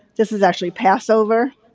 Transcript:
this is actually passover,